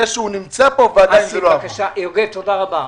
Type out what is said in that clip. תודה רבה.